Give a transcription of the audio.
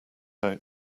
out